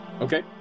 Okay